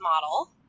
model